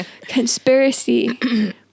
Conspiracy